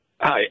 Hi